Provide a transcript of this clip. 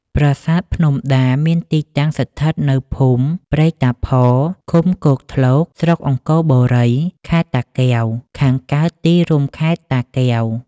ប្រាសាទភ្នំដា មានទីតាំងស្ថិតនៅភូមិព្រែកតាផ ឃុំគោកធ្លក ស្រុកអង្គរបូរី ខេត្តតាកែវ ខាងកើតទីរួមខេត្តតាកែវ។